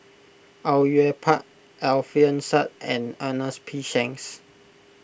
Au Yue Pak Alfian Sa'At and Ernest P Shanks